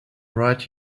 right